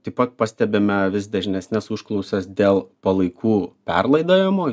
taip pat pastebime vis dažnesnes užklausas dėl palaikų perlaidojimo